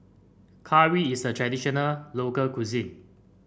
curry is a traditional local cuisine